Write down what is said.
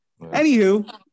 Anywho